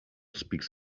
speaks